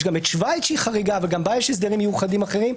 גם שווייץ חריגה, וגם בה יש הסדרים מיוחדים אחרים.